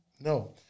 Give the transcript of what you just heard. No